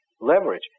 leverage